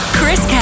Chris